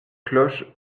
cloches